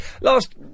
Last